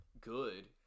good